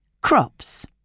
Crops